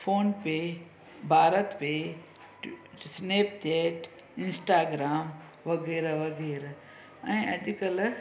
phone पे BharatPe टि Snapchat Instagram वग़ैरह वग़ैरह ऐं अॼुकल्ह